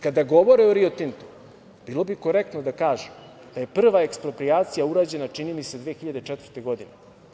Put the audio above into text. Kada govore o Rio Tintu, bilo bi korektno da kažu da je prva eksproprijacija urađena, čini mi se, 2004. godine.